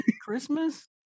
Christmas